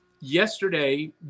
yesterday